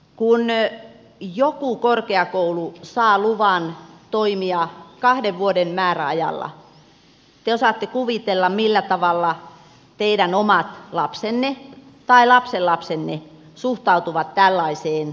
kun joku korkeakoulu saa luvan toimia kahden vuoden määräajalla te osaatte kuvitella millä tavalla teidän omat lapsenne tai lapsenlapsenne suhtautuvat tällaiseen koulutusväylään